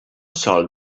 sol